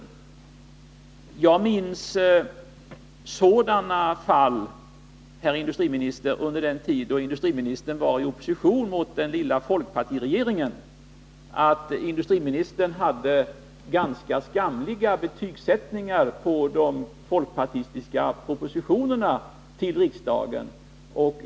Jag minns sådana fall, herr industriminister, under den tid då herr Åsling var i opposition mot den lilla folkpartiregeringen och då industriministern hade ganska skamliga betygsättningar på de folkpartistiska propositionerna till riksdagen.